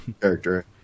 character